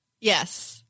Yes